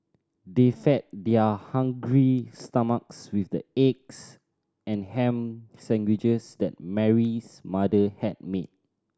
they fed their hungry stomachs with the eggs and ham sandwiches that Mary's mother had made